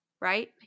right